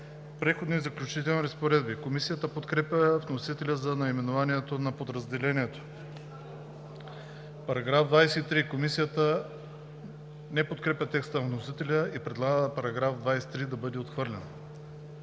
„Преходни и заключителни разпоредби“. Комисията подкрепя вносителя за наименованието на подразделението. Комисията не подкрепя текста на вносителя и предлага § 23 да бъде отхвърлен.